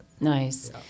Nice